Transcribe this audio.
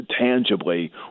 tangibly